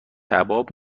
کباب